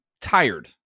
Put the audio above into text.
tired